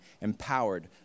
empowered